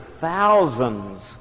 thousands